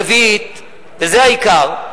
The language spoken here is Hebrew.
רביעית וזה העיקר,